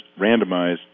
randomized